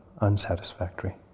unsatisfactory